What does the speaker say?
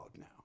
now